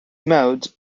mode